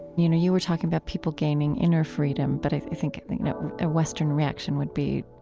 you know you were talking about people gaining inner freedom, but i think a western reaction would be,